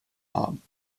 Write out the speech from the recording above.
haben